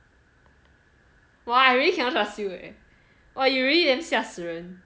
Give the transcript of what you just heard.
!wah! I really cannot trust you eh !wah! you really damn 吓死人